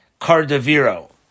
Cardaviro